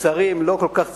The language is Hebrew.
ולצערי הם לא כל כך צלחו.